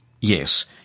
Yes